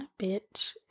bitch